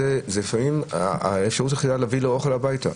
לפעמים זו האפשרות היחידה להביא אוכל הביתה.